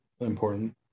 important